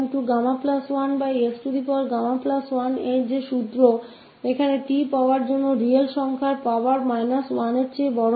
तो यहाँ 1s1 यह सूत्र है जो हमारे पास है t के पावर के लिए कोई भी रियल नंबर 1 से बड़ा है